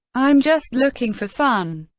i'm just looking for fun,